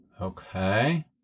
okay